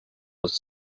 was